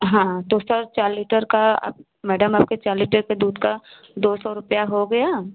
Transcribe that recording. हाँ तो सर चार लीटर का आप मैडम आपके चार लीटर के दूध का दो सौ रुपया हो गया